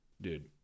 dude